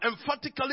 emphatically